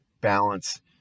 balance